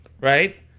right